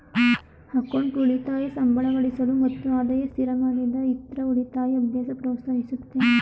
account ಉಳಿತಾಯ ಸಂಬಳಗಳಿಸುವ ಮತ್ತು ಆದಾಯ ಸ್ಥಿರಮಾಡಿದ ಇತ್ರ ಉಳಿತಾಯ ಅಭ್ಯಾಸ ಪ್ರೋತ್ಸಾಹಿಸುತ್ತೆ